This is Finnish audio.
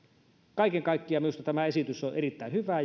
kaiken kaikkiaan minusta tämä esitys on erittäin hyvä